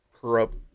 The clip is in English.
Corrupt